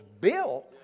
built